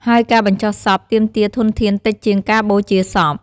ហើយការបញ្ចុះសពទាមទារធនធានតិចជាងការបូជាសព។